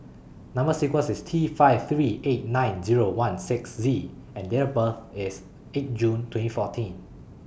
Number sequence IS T five three eight nine Zero one six Z and Date of birth IS eight June twenty fourteen